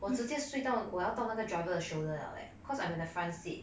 我直接睡到我要到那个 driver 的 shoulder 了 leh cause I'm at the front seat